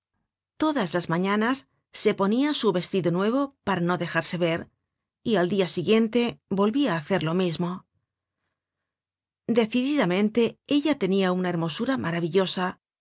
todas las mañanas se ponia su vestido nuevo para no dejarse ver y al dia siguiente volvia á hacer lo mismo decididamente ella tenia una hermosura maravillosa